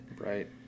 Right